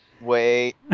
Wait